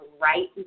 right